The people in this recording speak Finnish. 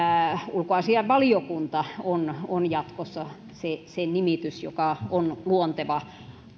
ulkoasiainvaliokunta on on jatkossa se nimitys joka on luonteva